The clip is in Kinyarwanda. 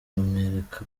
bamwereka